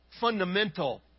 fundamental